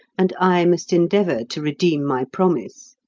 and i must endeavour to redeem my promise.